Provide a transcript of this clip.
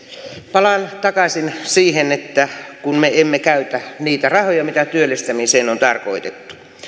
palaan takaisin siihen että me emme käytä niitä rahoja mitä työllistämiseen on tarkoitettu